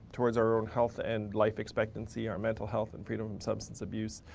towards our own health and life expectancy, our mental health and freedom from substance abuse,